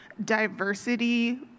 diversity